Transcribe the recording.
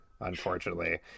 unfortunately